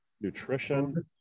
nutrition